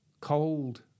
cold